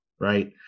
right